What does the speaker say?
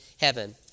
Heaven